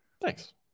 Thanks